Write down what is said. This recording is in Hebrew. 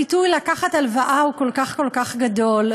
הפיתוי לקחת הלוואה הוא כל כך כל כך גדול,